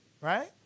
right